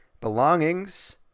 belongings